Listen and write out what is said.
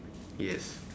yes